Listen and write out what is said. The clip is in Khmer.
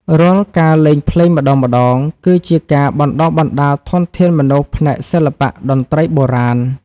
រាល់ការលេងភ្លេងម្ដងៗ គឺជាការបណ្ដុះបណ្ដាលធនធានមនុស្សផ្នែកសិល្បៈតន្ត្រីបុរាណ។